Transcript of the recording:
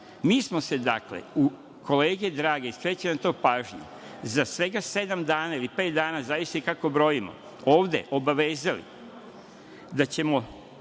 smo se dakle, kolege drage, skrećem vam pažnju, za svega sedam dana ili pet dana, zavisi kako brojimo, ovde obavezali da će